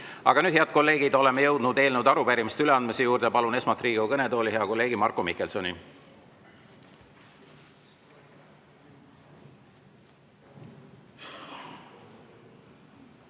nüüd, head kolleegid, oleme jõudnud eelnõude ja arupärimiste üleandmise juurde. Palun esmalt Riigikogu kõnetooli hea kolleegi Marko Mihkelsoni.